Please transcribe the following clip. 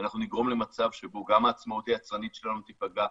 אנחנו נגרום למצב שבו גם העצמאות היצרנית שלנו תיפגע,